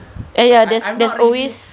!aiya! there's there's always